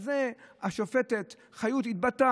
על זה השופטת חיות התבטאה,